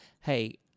hey